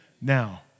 Now